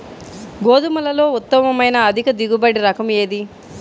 గోధుమలలో ఉత్తమమైన అధిక దిగుబడి రకం ఏది?